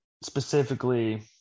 specifically